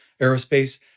aerospace